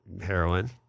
heroin